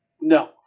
No